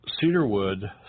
cedarwood